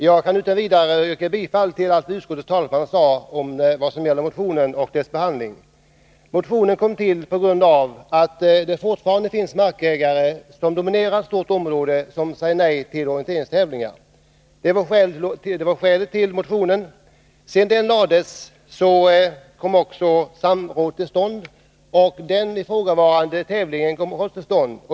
Herr talman! Jag kan utan vidare tillstyrka vad utskottets talesman sade beträffande motionen och dess behandling. Motionen kom till på grund av att det fortfarande finns markägare som dominerar stora områden och som säger nej till orienteringstävlingar. Sedan motionen hade väckts kom i ett fall samråd till stånd — och också tävlingen i fråga.